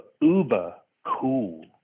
uber-cool